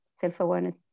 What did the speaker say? self-awareness